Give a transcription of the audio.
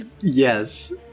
Yes